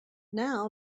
now